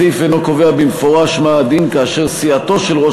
הסעיף אינו קובע במפורש מה הדין כאשר סיעתו של ראש